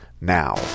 now